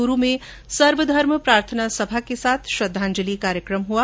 चूरू में सर्वधर्म प्रार्थना सभा के साथ श्रद्धांजलि कार्यक्रम हुआ